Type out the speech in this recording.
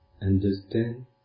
understand